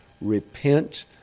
repent